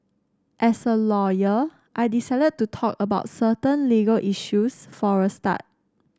as a lawyer I decided to talk about certain legal issues for a start